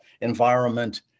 environment